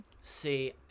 see